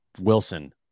Wilson